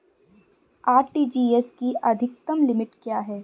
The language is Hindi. आर.टी.जी.एस की अधिकतम लिमिट क्या है?